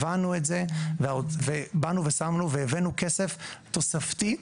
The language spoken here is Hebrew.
הבנו את זה ובאנו ושמנו והבאנו כסף תוספתי,